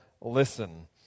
listen